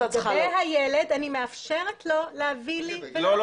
לגבי הילד אני מאפשרת לו להביא לי --- לא,